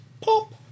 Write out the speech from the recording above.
Pop